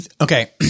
Okay